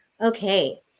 okay